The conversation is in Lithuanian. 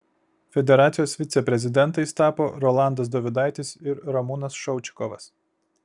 federacijos viceprezidentais tapo rolandas dovidaitis ir ramūnas šaučikovas